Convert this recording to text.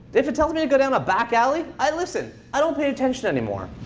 if it tells me to go down a back alley, i listen. i don't pay attention anymore.